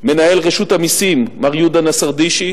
מנהל רשות המסים מר יהודה נסרדישי,